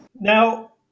Now